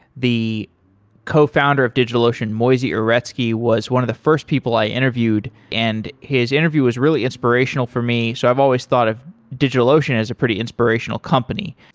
the cofounder of digitalocean, moisey uretsky, was one of the first people i interviewed and his interview is really inspirational for me, so i've always thought of digitalocean is a pretty inspirational company.